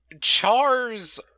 Char's